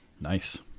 nice